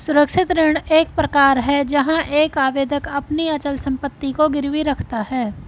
सुरक्षित ऋण एक प्रकार है जहां एक आवेदक अपनी अचल संपत्ति को गिरवी रखता है